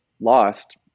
Lost